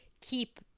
keep